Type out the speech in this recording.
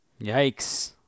Yikes